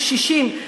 קשישים,